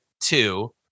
two